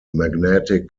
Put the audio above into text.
magnetic